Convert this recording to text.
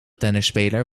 tennisspeler